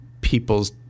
people's